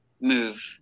move